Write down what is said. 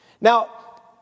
Now